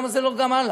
למה זה לא גם הלאה?